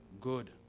good